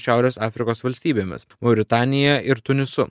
šiaurės afrikos valstybėmis mauritanija ir tunisu